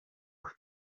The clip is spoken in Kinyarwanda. bwose